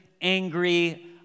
angry